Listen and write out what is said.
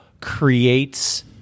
creates